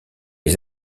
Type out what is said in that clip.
les